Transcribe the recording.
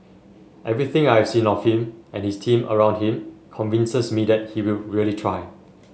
everything I have seen of him and his team around him convinces me that he will really try